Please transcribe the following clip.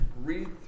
Read